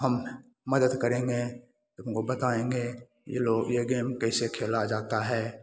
हम मदद करेंगे तुमको बताएंगे ये लोग ये गेम कैसे खेला जाता है